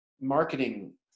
marketing